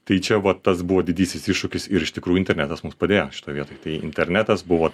tai čia va tas buvo didysis iššūkis ir iš tikrųjų internetas mums padėjo šitoje vietoj tai internetas buvo